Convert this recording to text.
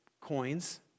coins